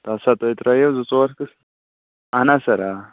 آ سر تُہۍ ترٛٲیِو زٕ ژور اَہن حظ سر آ